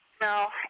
No